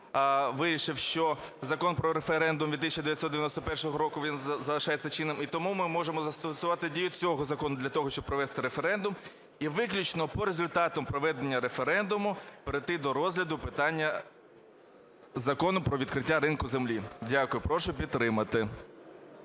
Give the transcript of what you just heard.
вирішив, що Закон про референдум від 1991 року, він залишається чинним, в тому ми можемо застосувати дію цього закону для того, щоб провести референдум, і виключно по результатах проведення референдуму перейти до розгляду питання Закону про відкриття ринку землі. Дякую. Прошу підтримати.